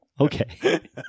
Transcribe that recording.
okay